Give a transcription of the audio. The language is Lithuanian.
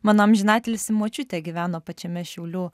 mano amžinatilsį močiutė gyveno pačiame šiaulių